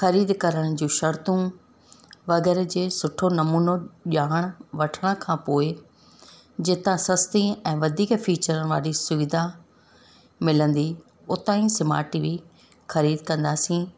ख़रीद करण जूं शर्तूं वग़ैरह जे सुठो नमूनो ॼाण वठण खां पोइ जितां सस्ती ऐं वधीक फ़ीचर वारी सुविधा मिलंदी उतां ई स्माट टी वी ख़रीद कंदासीं